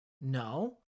No